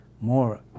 more